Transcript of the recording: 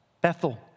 Bethel